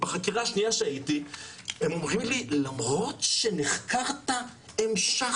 בחקירה השנייה שהייתי הם אומרים לי 'למרות שנחקרת המשכת'.